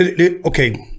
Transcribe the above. Okay